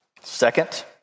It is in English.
Second